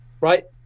right